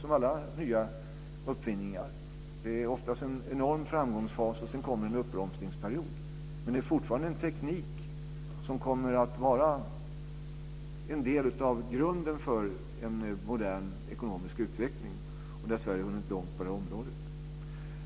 Så är det med alla nya uppfinningar. Det är ofta en enorm framgångsfas, och sedan kommer en uppbromsningsperiod. Men det är fortfarande en teknik som kommer att vara en del av grunden för en modern ekonomisk utveckling, och Sverige har kommit långt på detta område.